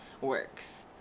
works